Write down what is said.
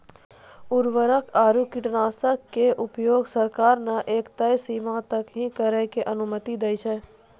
उर्वरक आरो कीटनाशक के उपयोग सरकार न एक तय सीमा तक हीं करै के अनुमति दै छै